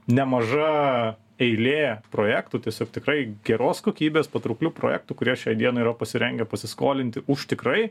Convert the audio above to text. nemaža eilė projektų tiesiog tikrai geros kokybės patrauklių projektų kurie šiai dienai yra pasirengę pasiskolinti už tikrai